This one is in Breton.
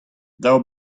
daou